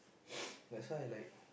that's why I like